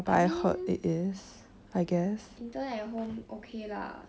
I mean intern at home okay lah